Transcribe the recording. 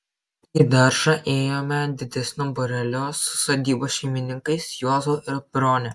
į daržą ėjome didesniu būreliu su sodybos šeimininkais juozu ir brone